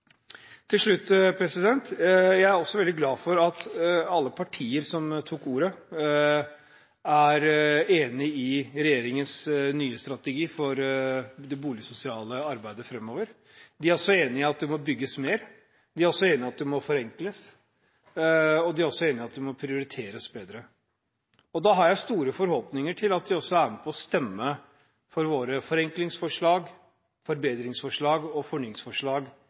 Til slutt: Jeg er også veldig glad for at alle partier som tok ordet, er enig i regjeringens nye strategi for det boligsosiale arbeidet framover. De er også enig i at det må bygges mer. De er også enig i at det må forenkles. Og de er også enig i at det må prioriteres bedre. Da har jeg store forhåpninger til at de også er med på å stemme for våre forenklingsforslag, forbedringsforslag og